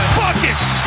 buckets